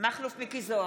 מכלוף מיקי זוהר,